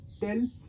tell